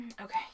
Okay